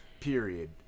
Period